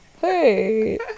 hey